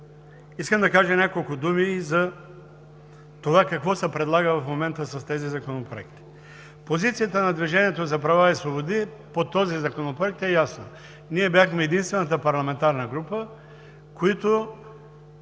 искам да кажа няколко думи и за това какво се предлага в момента с тези законопроекти. Позицията на „Движението за права и свободи“ по този законопроект е ясна. Ние бяхме единствената парламентарна група, която